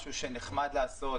משהו שנחמד לעשות,